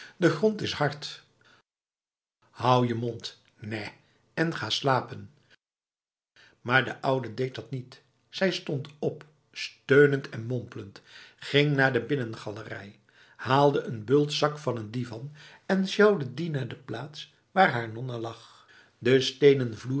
de grond is hard houd de mond nèh en ga slapenf maar de oude deed dat niet zij stond op steunend en mompelend ging naar de binnengalerij haalde een bultzak van een divan en sjouwde die naar de plaats waar haar nonna lag de stenen vloer